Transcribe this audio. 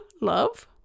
love